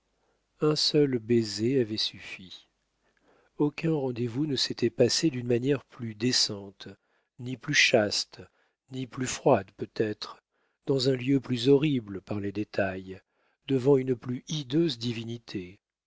un seul baiser avait suffi aucun rendez-vous ne s'était passé d'une manière plus décente ni plus chaste ni plus froide peut-être dans un lieu plus horrible par les détails devant une plus hideuse divinité